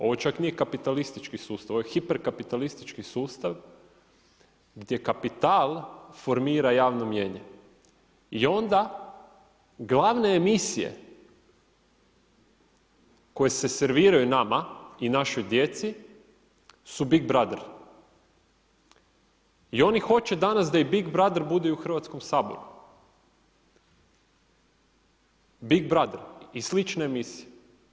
Ovo nije čak kapitalistički sustav, ovo je hiper kapitalistički sustav gdje kapital formira javno mnijenje i onda glavne emisije koje se serviraju nama i našoj djeci su Big Brother i oni hoće danas da i Big Brother bude i u Hrvatskom saboru, Big Brother i slične emisije.